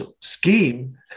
scheme